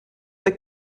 the